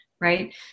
right